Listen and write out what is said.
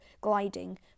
gliding